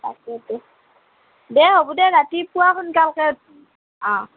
তাকেইটো দে হ'ব দে ৰাতিপুৱা সোনকালকৈ অ'